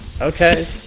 Okay